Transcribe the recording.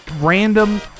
random